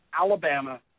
Alabama